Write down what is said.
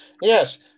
Yes